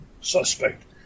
suspect